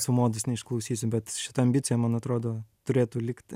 sų modus neišklausysi bet šita ambicija man atrodo turėtų likt